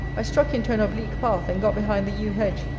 i struck into an oblique path, and got behind the yew-hedge,